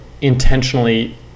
intentionally